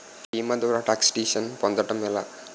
భీమా ద్వారా tax deduction పొందటం ఎలా?